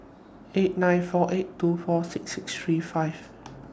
eight nine four eight two four six six three five